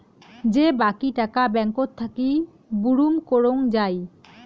যে বাকী টাকা ব্যাঙ্কত থাকি বুরুম করং যাই